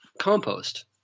compost